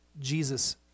Jesus